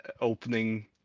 opening